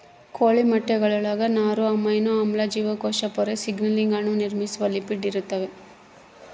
ಕೋಳಿ ಮೊಟ್ಟೆಗುಳಾಗ ನಾರು ಅಮೈನೋ ಆಮ್ಲ ಜೀವಕೋಶ ಪೊರೆ ಸಿಗ್ನಲಿಂಗ್ ಅಣು ನಿರ್ಮಿಸುವ ಲಿಪಿಡ್ ಇರ್ತಾವ